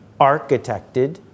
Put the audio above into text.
architected